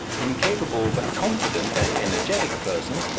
incapable but confident and energetic persons,